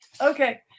Okay